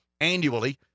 annually